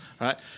right